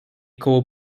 koło